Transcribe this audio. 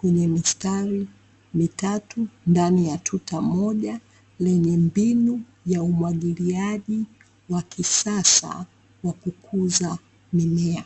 kwenye mistari mitatu ndani ya tuta moja lenye mbinu ya umwagiliaji wa kisasa wa kukuza mimea.